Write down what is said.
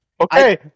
okay